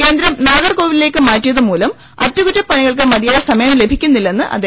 കേന്ദ്രം നാഗർകോവിലിലേക്ക് മാറ്റിയത് മൂലം അറ്റകുറ്റ പണികൾക്ക് മതി യായ സമയം ലഭിക്കുന്നില്ലെന്ന് അദ്ദേഹം പറഞ്ഞു